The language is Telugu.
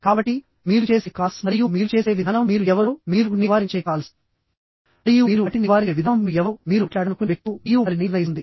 కాబట్టిమీరు చేసే కాల్స్ మరియు మీరు చేసే విధానం మీరు ఎవరో మీరు నివారించే కాల్స్ మరియు మీరు వాటిని నివారించే విధానం మీరు ఎవరో మీరు మాట్లాడాలనుకునే వ్యక్తులు మరియు వారిని నిర్ణయిస్తుంది